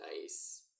Nice